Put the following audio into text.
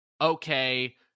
okay